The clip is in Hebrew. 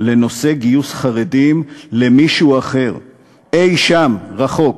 לנושא גיוס חרדים למישהו אחר, אי-שם, רחוק